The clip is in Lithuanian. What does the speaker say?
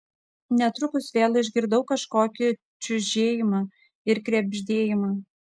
netrukus vėl išgirdau kažkokį čiužėjimą ir krebždėjimą